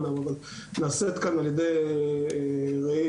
נעשית כאן על ידי רעי,